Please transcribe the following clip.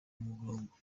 murongo